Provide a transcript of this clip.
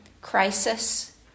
crisis